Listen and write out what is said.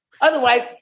Otherwise